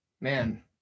Man